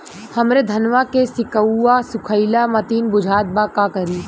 हमरे धनवा के सीक्कउआ सुखइला मतीन बुझात बा का करीं?